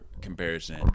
comparison